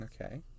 Okay